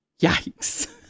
Yikes